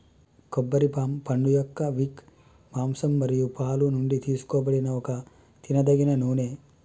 కొబ్బరి పామ్ పండుయొక్క విక్, మాంసం మరియు పాలు నుండి తీసుకోబడిన ఒక తినదగిన నూనె